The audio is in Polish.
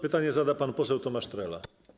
Pytanie zada pan poseł Tomasz Trela.